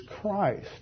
Christ